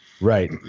Right